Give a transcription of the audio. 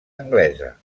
anglesa